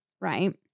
Right